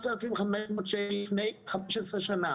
לפני 15 שנה,